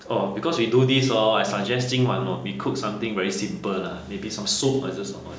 oh because we do this hor I suggest 今晚 we cook something very simple lah maybe some soup 还是什么